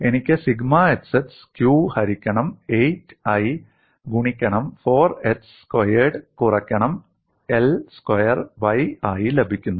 എനിക്ക് sigma xx q ഹരിക്കണം 8I ഗുണിക്കണം 4x സ്ക്വയേർഡ് കുറക്കണം L സ്ക്വയർ y ആയി ലഭിക്കുന്നു